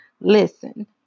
listen